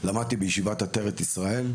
למדתי בישיבת עטרת ישראל,